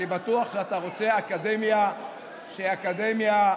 אני בטוח שאתה רוצה אקדמיה שהיא איכותית,